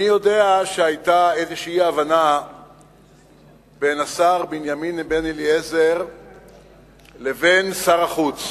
אני יודע שהיתה איזו אי-הבנה בין השר בנימין בן-אליעזר לבין שר החוץ,